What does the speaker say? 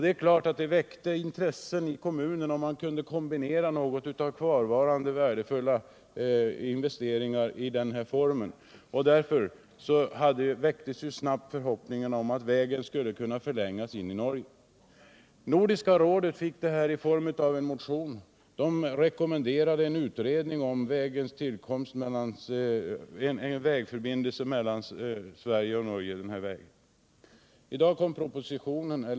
Det är klart att det väckte intresse i kommunen — man började överväga om man kunde utnyttja något av de stora värden — Nr 52 som redan fanns investerade. Därför väcktes snabbt förhoppningar om att vägen skulle kunna förlängas in i Norge. Nordiska rådet fick detta ärende i form av en motion. Rådet rekommenderade en utredning om en vägförbindelse mellan Sverige och Norge — Den fysiska i den här sträckningen.